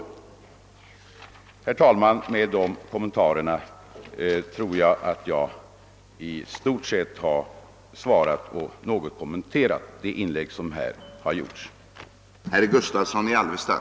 Herr talman! Med dessa kommentarer tror jag att jag i stort sett svarat på de gjorda inläggen.